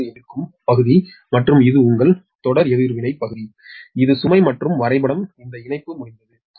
46 எதிர்க்கும் பகுதி மற்றும் இது உங்கள் தொடர் எதிர்வினை பகுதி இது சுமை மற்றும் வரைபடம் இந்த இணைப்பு முடிந்தது